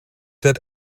that